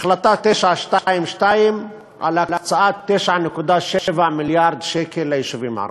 החלטה 922 על הקצאת 9.7 מיליארד שקל ליישובים הערביים,